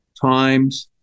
times